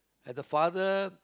as a father